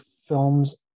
films